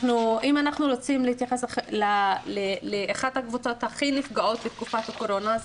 אם אנחנו רוצים להתייחס לאחת הקבוצות הכי נפגעות בתקופת הקורונה,